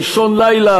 שנתקבל באישון לילה,